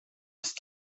ist